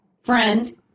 friend